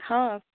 हां